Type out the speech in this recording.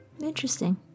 Interesting